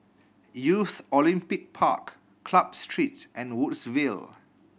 Youth Olympic Park Club Street and Woodsville